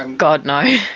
and god no.